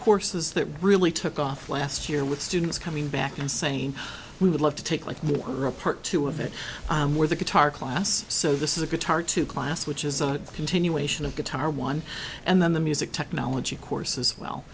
courses that really took off last year with students coming back and saying we would love to take like more report to a bit more the guitar class so this is a guitar to class which is a continuation of guitar one and then the music technology courses well